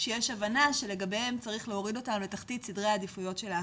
שיש הבנה שלגביהם צריך להוריד אותם לתחתית סדרי היום של האכיפה.